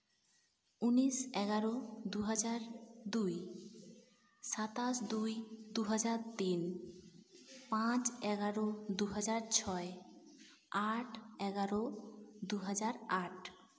ᱩᱱᱤᱥ ᱮᱜᱟᱨᱳ ᱫᱩ ᱦᱟᱡᱟᱨ ᱫᱩᱭ ᱥᱟᱛᱟᱥ ᱫᱩᱭ ᱫᱩ ᱦᱟᱡᱟᱨ ᱛᱤᱱ ᱯᱟᱸᱪ ᱮᱜᱟᱨᱳ ᱫᱩ ᱦᱟᱡᱟᱨ ᱪᱷᱚᱭ ᱟᱴ ᱮᱜᱟᱨᱳ ᱫᱩ ᱦᱟᱡᱟᱨ ᱟᱴ